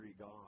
God